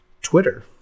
Twitter